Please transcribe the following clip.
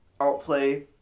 outplay